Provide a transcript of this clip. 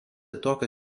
tokio